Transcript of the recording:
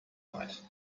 night